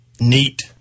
neat